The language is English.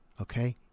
Okay